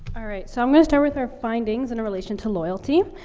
alright, so i'm gonna start with our findings in relation to loyalty.